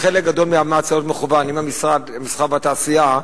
חלק גדול מהמאמץ צריך להיות מכוון עם משרד המסחר והתעשייה.